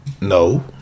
no